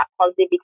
positive